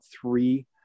three